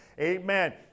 Amen